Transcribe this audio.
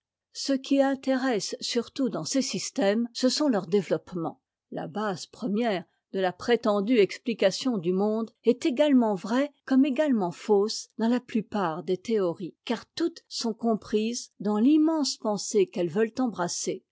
ce qui intéresse surtout dans ces systèmes ce sont leurs développements la base première de la prétendue explication du monde est également vraie comme également fausse dans la plupart des théories car toutes sont comprises dans l'immense pensée qu'elles veulent embrasser